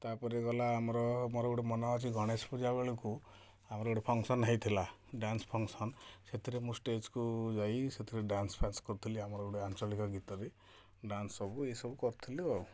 ତା'ପରେ ଗଲା ଆମର ମୋର ଗୋଟେ ମନେ ଅଛି ଗଣେଶ ପୂଜା ବେଳକୁ ଆମର ଗୋଟେ ଫଙ୍କସନ୍ ହେଇଥିଲା ଡ୍ୟାନ୍ସ ଫଙ୍କସନ୍ ସେଥିରେ ମୁଁ ଷ୍ଟେଜ୍କୁ ଯାଇ ସେଥିରେ ଡ୍ୟାନ୍ସ ଫ୍ୟାନ୍ସ କରୁଥିଲି ଆମର ଗୋଟେ ଆଞ୍ଚଳିକ ଗୀତରେ ଡ୍ୟାନ୍ସ ସବୁ ଏସବୁ କରୁଥିଲି ଆଉ